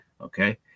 okay